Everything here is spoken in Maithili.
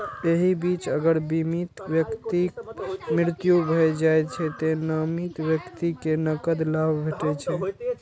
एहि बीच अगर बीमित व्यक्तिक मृत्यु भए जाइ छै, तें नामित व्यक्ति कें नकद लाभ भेटै छै